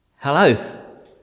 Hello